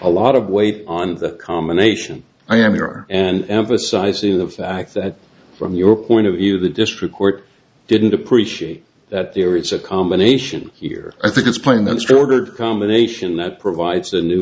a lot of weight on that combination i am here and emphasising the fact that from your point of either the district court didn't appreciate that there it's a combination here i think it's plain that sort of combination that provides a new